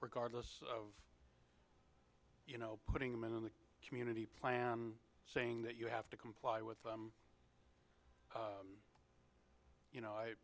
regardless of you know putting them in the community plan saying that you have to comply with the you know i